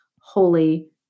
holy